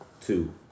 Two